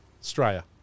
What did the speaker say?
Australia